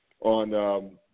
on